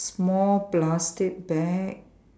small plastic bag